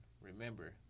remember